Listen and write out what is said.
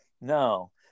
no